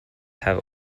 have